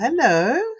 Hello